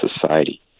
society